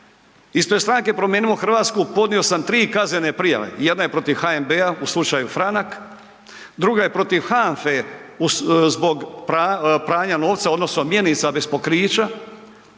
Ispred stranke Promijenimo Hrvatsku podnio sam tri kaznene prijave, jedna je protiv HNB-a u slučaju Franak, druga je protiv HANFA-e zbog pranja novca odnosno mjenica bez pokrića,